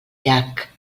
llac